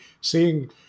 seeing